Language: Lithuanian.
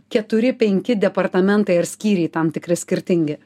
keturi penki departamentai ar skyriai tam tikri skirtingi